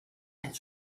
降低